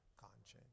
conscience